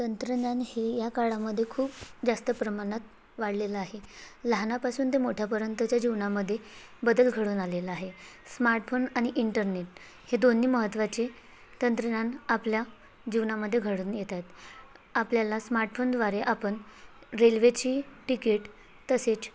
तंत्रज्ञान हे या काळामध्ये खूप जास्त प्रमाणात वाढलेलं आहे लहानापासून ते मोठ्यापर्यंतच्या जीवनामध्ये बदल घडून आलेला आहे स्मार्टफोन आणि इंटरनेट हे दोन्ही महत्त्वाचे तंत्रज्ञान आपल्या जीवनामध्ये घडून येत आहेत आपल्याला स्मार्टफोनद्वारे आपण रेल्वेची टिकीट तसेच